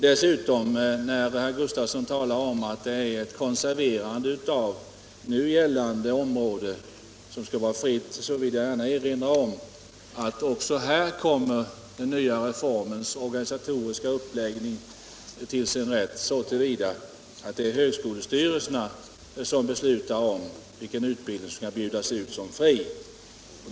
När herr Gustafsson talar om att det är ett konserverande av nu gällande område som skall vara fritt, vill jag gärna erinra om att den nya reformens organisatoriska uppläggning också här kommer till sin rätt, så till vida att det är högskolestyrelserna som beslutar om vilken utbildning som skall vara fri.